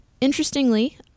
Interestingly